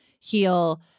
heal